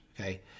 Okay